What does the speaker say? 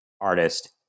artist